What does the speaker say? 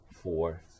four